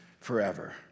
forever